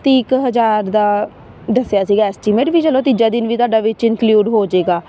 ਤੀਹ ਕੁ ਹਜ਼ਾਰ ਦਾ ਦੱਸਿਆ ਸੀਗਾ ਐਸਟੀਮੇਟ ਵੀ ਚਲੋ ਤੀਜਾ ਦਿਨ ਵੀ ਤੁਹਾਡਾ ਵਿੱਚ ਇੰਕਲੂਡ ਹੋ ਜਾਵੇਗਾ